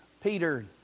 Peter